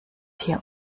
hier